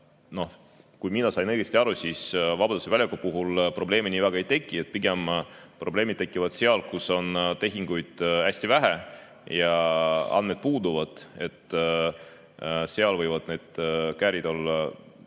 kui ma sain õigesti aru, Vabaduse väljaku puhul probleemi nii väga ei teki. Pigem probleemid tekivad seal, kus on tehinguid hästi vähe ja andmed puuduvad. Seal võivad need käärid olla